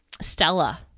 Stella